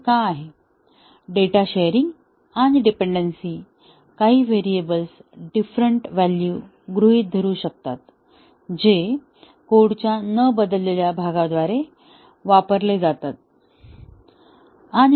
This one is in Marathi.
असे का आहे डेटा शेअरिंग आणि डिपेन्डन्सी काही व्हेरिएबल्स डिफरंट व्हॅल्यू गृहीत धरु शकतात जे कोडच्या न बदललेल्या भागाद्वारे वापरले जातात